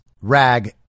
rag